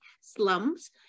slums